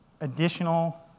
additional